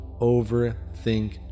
overthink